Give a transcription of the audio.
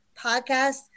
podcast